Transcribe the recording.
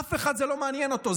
אף אחד זה לא מעניין אותו,